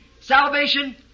salvation